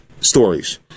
stories